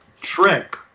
trick